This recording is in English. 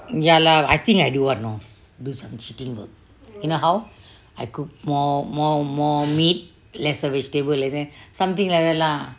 ya lah I think I do what you know do some cheating work you know how I cook more more meat less vegetable and then something like that lah